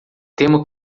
temo